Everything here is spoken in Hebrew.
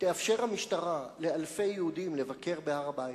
תאפשר המשטרה לאלפי יהודים לבקר בהר-הבית,